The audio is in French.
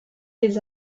des